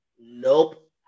Nope